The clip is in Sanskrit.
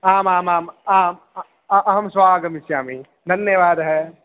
आमामाम् आम् अहं श्वः आगमिष्यामि धन्यवादः